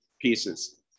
pieces